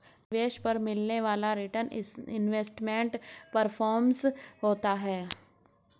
निवेश पर मिलने वाला रीटर्न इन्वेस्टमेंट परफॉरमेंस होता है